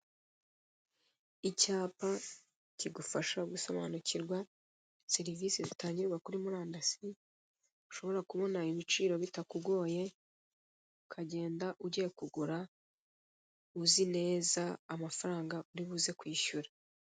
Icyapa kigufasha gusobanukirwa serivise zitangirwa kuri murandasi, ushobora kubona ibiciro bitakugoye, ukagenda ugiye kugura uzi neza amafaranga uri buze kwishyura.